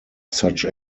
such